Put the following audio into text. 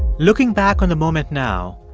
looking back on the moment now,